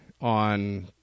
on